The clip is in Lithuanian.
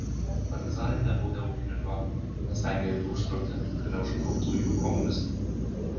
partizanai nebaudę ūkininko nes vengę ilgiau užtrukti kad neužkluptų jų komunistai